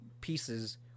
pieces